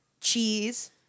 cheese